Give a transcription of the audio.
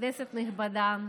כנסת נכבדה,